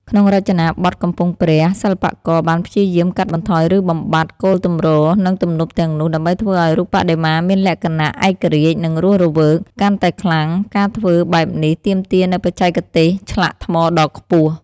ក្នុងរចនាបថកំពង់ព្រះ សិល្បករបានព្យាយាម កាត់បន្ថយ ឬបំបាត់ គោលទម្រ និងទំនប់ទាំងនោះ ដើម្បីធ្វើឱ្យរូបបដិមាមានលក្ខណៈ ឯករាជ្យ និងរស់រវើក កាន់តែខ្លាំង ការធ្វើបែបនេះទាមទារនូវបច្ចេកទេសឆ្លាក់ថ្មដ៏ខ្ពស់។